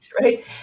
right